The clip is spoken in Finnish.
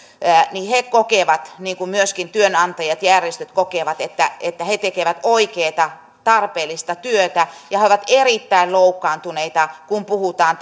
niin he kokevat niin kuin myöskin työnantajat ja järjestöt kokevat että että he tekevät oikeata tarpeellista työtä ja he ovat erittäin loukkaantuneita kun puhutaan